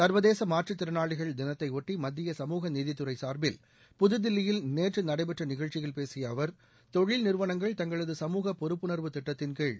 சர்வதேச மாற்றுத் திறனாளிகள் தினத்தைபொட்டி மத்திய சமூக நீதித்துறை சார்பில் புதுதில்லியில் நேற்று நடைபெற்ற நிகழ்ச்சியில் பேசிய அவர் தொழில் நிறுவனங்கள் தங்களது சமூகப் பொறுப்புணர்வு திட்டத்தின் கீழ்